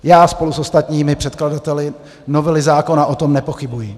Já spolu s ostatními předkladateli novely zákona o tom nepochybuji.